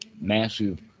massive